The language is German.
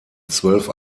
zwölf